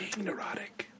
neurotic